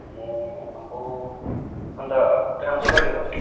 ए अम्बो अन्त काम चाहिँ कहिले गर्यो